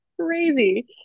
crazy